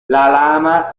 lama